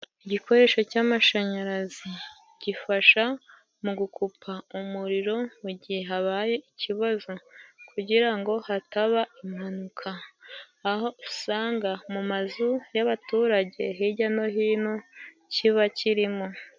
Igikoresho cy'amashanyarazi gifasha mu gukupa umuriro mu gihe habaye ikibazo, kugira ngo hataba impanuka, aho usanga mu mazu y'abaturage hirya no hino kiba kirimo.